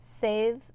save